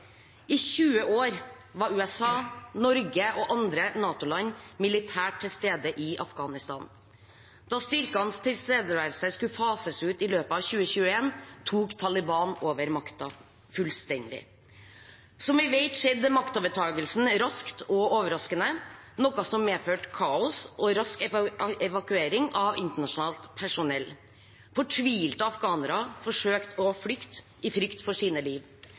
I 20 år var USA, Norge og andre NATO-land militært til stede i Afghanistan. Da styrkenes tilstedeværelse skulle fases ut i løpet av 2021, tok Taliban over makten fullstendig. Som vi vet, skjedde maktovertakelsen raskt og overraskende, noe som medførte kaos og rask evakuering av internasjonalt personell. Fortvilte afghanere forsøkte å flykte i frykt for sine liv.